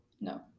No